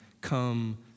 come